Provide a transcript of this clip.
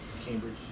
Cambridge